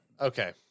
Okay